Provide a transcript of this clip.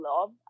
love